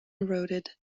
eroded